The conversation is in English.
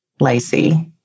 Lacey